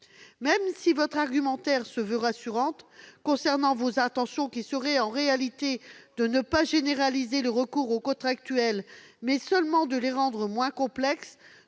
Même si votre argumentaire se veut rassurant concernant vos intentions, qui seraient en réalité non pas de généraliser le recours aux contractuels, mais seulement de le rendre moins complexe,